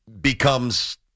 becomes